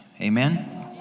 amen